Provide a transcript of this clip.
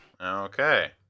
Okay